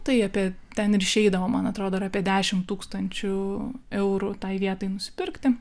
tai apie ten ir išeidavo man atrodo ar apie dešimt tūkstančių eurų tai vietai nusipirkti